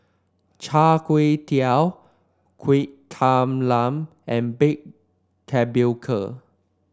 Char Kway Teow Kuih Talam and Baked Tapioca